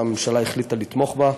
והממשלה החליטה לתמוך בה.